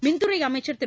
மின்துறைஅமைச்சர் திரு